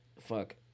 fuck